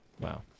Wow